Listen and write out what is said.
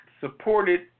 Supported